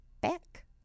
back